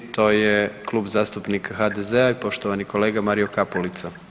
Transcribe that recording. To je Klub zastupnika HDZ-a i poštovani kolega Mario Kapulica.